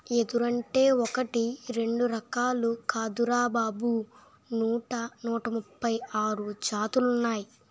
ఎదురంటే ఒకటీ రెండూ రకాలు కాదురా బాబూ నూట ముప్పై ఆరు జాతులున్నాయ్